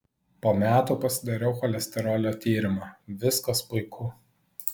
po metų pasidariau cholesterolio tyrimą viskas puiku